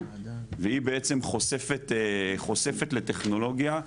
והיא בעצם חושפת לטכנולוגיה.